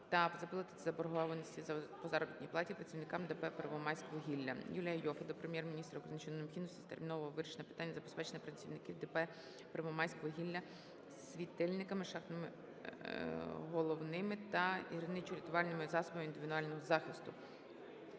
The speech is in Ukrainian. та виплати заборгованості по заробітній платі працівникам ДП "Первомайськвугілля". Юлія Іоффе до Прем'єр-міністра України щодо необхідності термінового вирішення питання забезпечення працівників ДП "Первомайськвугілля" світильниками шахтними головними та гірничорятувальними засобами індивідуального захисту.